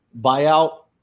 buyout